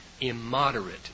immoderate